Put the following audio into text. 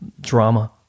Drama